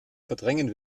verdrängen